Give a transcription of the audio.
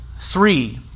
Three